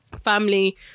family